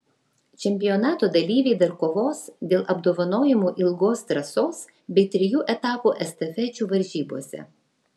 čempionato dalyviai dar kovos dėl apdovanojimų ilgos trasos bei trijų etapų estafečių varžybose